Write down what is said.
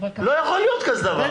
לא יכול להיות כזה דבר.